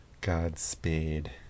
godspeed